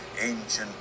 ancient